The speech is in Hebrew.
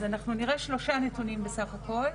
אז אנחנו נראה שלושה נתונים בסך הכול,